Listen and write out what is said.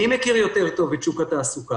מי מכיר יותר טוב את שוק התעסוקה,